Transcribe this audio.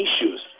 issues